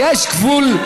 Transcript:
יש גבול.